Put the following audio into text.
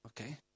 Okay